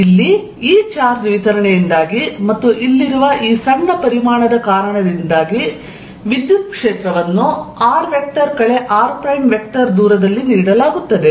ಇಲ್ಲಿ ಈ ಚಾರ್ಜ್ ವಿತರಣೆಯಿಂದಾಗಿ ಮತ್ತು ಇಲ್ಲಿರುವ ಈ ಸಣ್ಣ ಪರಿಮಾಣದ ಕಾರಣದಿಂದಾಗಿ ವಿದ್ಯುತ್ ಕ್ಷೇತ್ರವನ್ನು r r ದೂರದಲ್ಲಿ ನೀಡಲಾಗುತ್ತದೆ